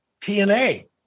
TNA